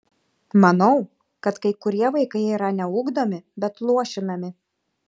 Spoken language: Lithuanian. manau kad kai kurie vaikai yra ne ugdomi bet luošinami